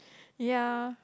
ya